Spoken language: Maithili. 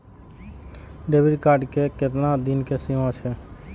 डेबिट कार्ड के केतना दिन के सीमा छै?